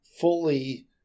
fully